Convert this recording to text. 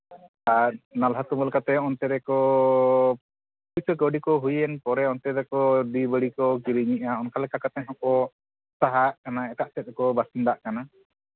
ᱟᱨ ᱱᱟᱞᱦᱟ ᱛᱩᱢᱟᱹᱞ ᱠᱟᱛᱮᱫ ᱚᱱᱛᱮ ᱨᱮ ᱠᱚ ᱯᱩᱭᱥᱟᱹ ᱠᱟᱹᱣᱰᱤ ᱠᱚ ᱦᱩᱭᱮᱱ ᱯᱚᱨᱮ ᱚᱱᱛᱮ ᱫᱚᱠᱚ ᱵᱤᱨ ᱵᱟᱹᱲᱤ ᱠᱚ ᱠᱤᱨᱤᱧᱮᱫᱼᱟ ᱚᱱᱠᱟ ᱞᱮᱠᱟ ᱠᱟᱛᱮᱫ ᱦᱚᱸᱠᱚ ᱥᱟᱦᱟᱜ ᱠᱟᱱᱟ ᱮᱴᱟᱜ ᱥᱮᱫ ᱨᱮᱠᱚ ᱵᱟᱹᱥᱤᱱᱫᱟᱜ ᱠᱟᱱᱟ